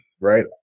Right